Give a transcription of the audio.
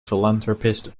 philanthropist